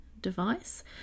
device